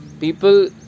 people